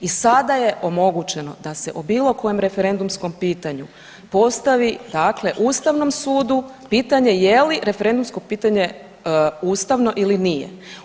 I sada je omogućeno da se o bilo kojem referendumskom pitanju postavi dakle Ustavnom sudu pitanje je li referendumsko pitanje ustavno ili nije.